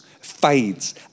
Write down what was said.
fades